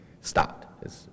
stopped